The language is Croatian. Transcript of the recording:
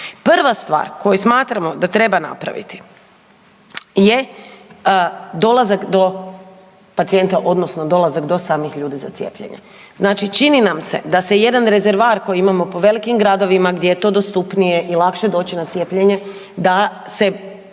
prva stvar koju smatramo da treba napraviti je dolazak do pacijenta odnosno do samih ljudi za cijepljenje. Znači, čini nam se da se jedan rezervat koji imamo u velikim gradovima gdje je to dostupnije i lakše doći na cijepljenje, da nije